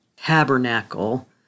tabernacle